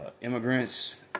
immigrants